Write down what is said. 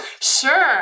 Sure